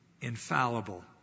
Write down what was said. infallible